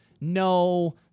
no